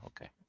Okay